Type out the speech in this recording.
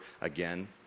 again